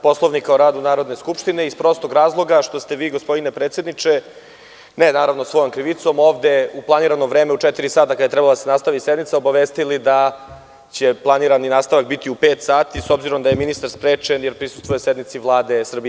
Poslovnika o radu Narodne skupštine iz prostog razloga što ste vi gospodine predsedniče, ne naravno svojom krivicom ovde u planirano vreme u 16,00 časova kada je trebalo da se nastavi sednica, obavestili da će planirani nastavak biti u 17,00 časova s obzirom da je ministar sprečen, jer prisustvuje sednici Vlade Srbije.